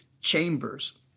chambers